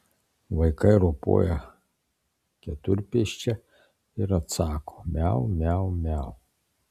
vaikai ropoja keturpėsčia ir atsako miau miau miau